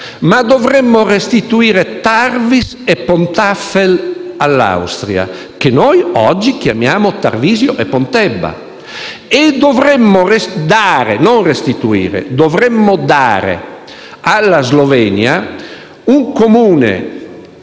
ma dovremmo dare Tarvis e Pontafel all'Austria, che noi oggi chiamiamo Tarvisio e Pontebba. E dovremmo dare - non restituire - alla Slovenia un Comune